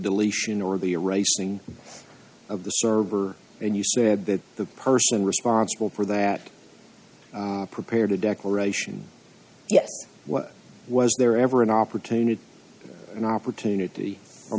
deletion or the racing of the server and you said that the person responsible for that prepared a declaration yes what was there ever an opportunity an opportunity for